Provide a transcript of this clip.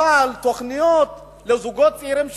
אבל תוכניות שנתנו לזוגות צעירים,